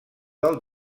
del